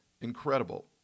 Incredible